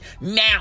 Now